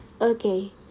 Okay